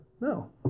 No